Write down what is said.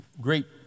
Great